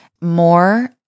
more